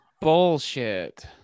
bullshit